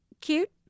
cute